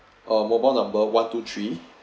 uh mobile number one two three